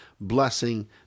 blessing